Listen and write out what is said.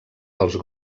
pels